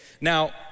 Now